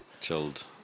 chilled